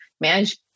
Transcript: manage